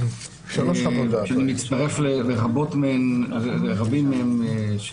שאני מצטרף לרבים מהם,